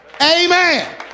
Amen